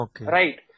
right